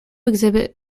exhibit